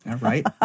Right